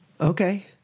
Okay